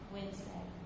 Wednesday